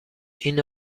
این